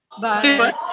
Bye